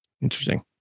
interesting